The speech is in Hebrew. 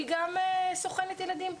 היא גם סוכנת ילדים.